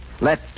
Let